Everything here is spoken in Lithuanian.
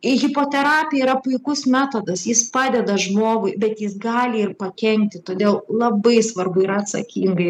hipoterapija yra puikus metodas jis padeda žmogui bet jis gali ir pakenkti todėl labai svarbu yra atsakingai